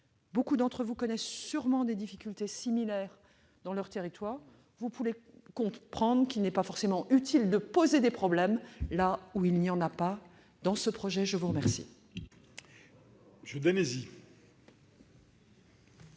beaucoup d'entre vous connaissent certainement des difficultés similaires dans leurs territoires. Vous pouvez donc comprendre qu'il n'est pas forcément utile de créer des problèmes là où il n'y en a pas. La parole est à M.